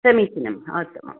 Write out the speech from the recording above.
समीचीनम् उत्तमम्